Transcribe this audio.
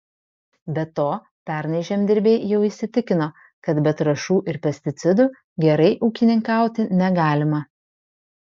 be to pernai žemdirbiai jau įsitikino kad be trąšų ir pesticidų gerai ūkininkauti negalima